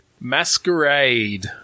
Masquerade